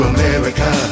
America